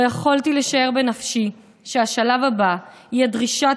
לא יכולתי לשער בנפשי שהשלב הבא יהיה דרישת